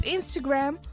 Instagram